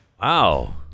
Wow